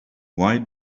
why